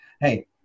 hey